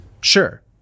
Sure